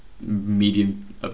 medium